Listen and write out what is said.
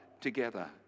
together